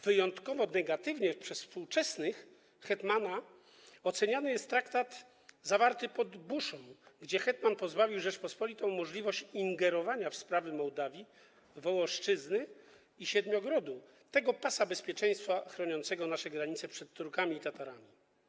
Wyjątkowo negatywnie przez współczesnych hetmana oceniany był traktat zawarty pod Buszą, gdzie hetman pozbawił Rzeczpospolitą możliwości ingerowania w sprawy Mołdawii, Wołoszczyzny i Siedmiogrodu, tego pasa bezpieczeństwa chroniącego nasze granice przed Turkami i Tatarami.